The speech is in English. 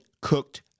cooked